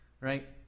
right